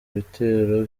bitero